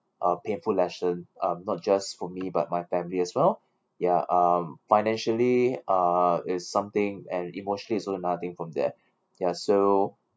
a painful lesson um not just for me but my family as well ya um financially err is something and emotionally is also another thing from there ya so